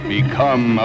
Become